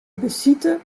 besite